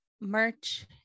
merch